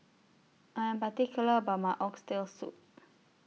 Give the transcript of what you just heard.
I Am particular about My Oxtail Soup